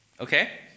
okay